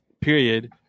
period